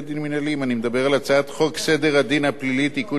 אני מדבר על הצעת חוק סדר הדין הפלילי (תיקון 66). לא,